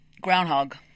groundhog